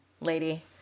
lady